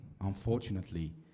Unfortunately